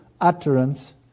utterance